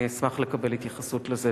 אני אשמח לקבל התייחסות לזה.